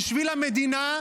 בשביל המדינה,